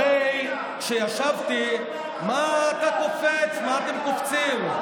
הרי כשישבתי, מה אתה קופץ, מה אתם קופצים?